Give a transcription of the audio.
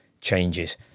changes